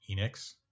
Enix